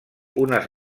unes